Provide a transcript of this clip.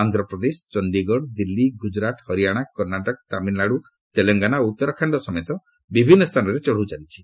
ଆନ୍ଧ୍ରପ୍ରଦେଶ ଚଣ୍ଡିଗଡ ଦିଲ୍ଲୀ ଗୁଜୁରାଟ ହରିୟାଣା କର୍ଣ୍ଣାଟକ ତାମିଲନାଡୁ ତେଲେଙ୍ଗାନା ଓ ଉତ୍ତରାଖଣ୍ଡ ସମେତ ବିଭିନ୍ନ ସ୍ଥାନରେ ଚଢ଼ଉ ଚାଲିଛି